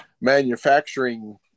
manufacturing